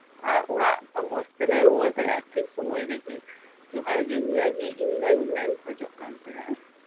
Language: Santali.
ᱟᱨ ᱚᱲᱟᱜ ᱢᱚᱸᱡᱽ ᱛᱮᱞᱮ ᱨᱩᱣᱟᱹᱲ ᱫᱟᱲᱮᱭᱟᱜᱼᱟ ᱴᱷᱤᱠ ᱥᱩᱢᱳᱭ ᱨᱮᱜᱮ ᱡᱚᱦᱟᱨᱜᱮ ᱱᱤᱭᱟᱹᱜᱮ ᱤᱧᱫᱚᱧ ᱢᱮᱱ ᱠᱷᱚᱡᱚᱜ ᱠᱟᱱ ᱛᱟᱦᱮᱸᱫᱼᱟ